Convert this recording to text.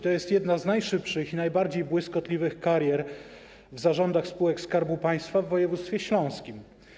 To jest jedna z najszybszych i najbardziej błyskotliwych karier w zarządach spółek Skarbu Państwa w województwie śląskim.